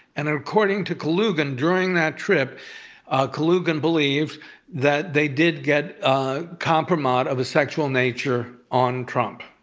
and according to kalugin, during that trip kalugin believed that they did get ah kompromat of a sexual nature on trump.